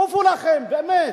עופו לכם, באמת.